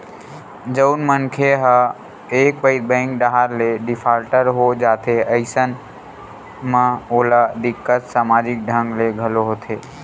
जउन मनखे ह एक पइत बेंक डाहर ले डिफाल्टर हो जाथे अइसन म ओला दिक्कत समाजिक ढंग ले घलो होथे